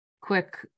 quick